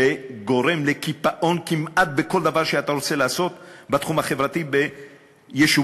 שגורם לקיפאון כמעט בכל דבר שאתה רוצה לעשות בתחום החברתי ביישובים